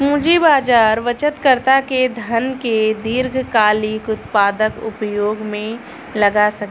पूंजी बाजार बचतकर्ता के धन के दीर्घकालिक उत्पादक उपयोग में लगा सकेलन